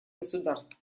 государств